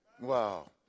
Wow